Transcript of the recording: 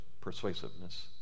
persuasiveness